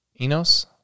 Enos